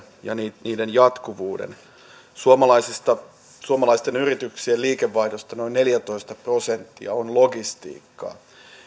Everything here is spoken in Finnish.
ja niiden jatkuvuuden suomalaisten yrityksien liikevaihdosta noin neljätoista prosenttia on logistiikkaa